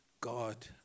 God